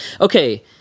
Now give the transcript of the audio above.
Okay